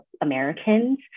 Americans